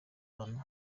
bantu